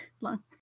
Long